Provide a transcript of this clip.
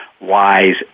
Wise